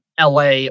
LA